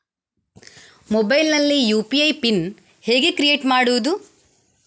Mobile ನಲ್ಲಿ UPI pin ಹೇಗೆ create ಮಾಡುವುದು?